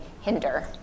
hinder